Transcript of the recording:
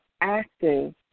active